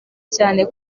cyane